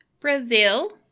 Brazil